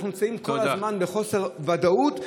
אנחנו נמצאים כל הזמן בחוסר ודאות,